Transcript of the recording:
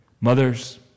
Mothers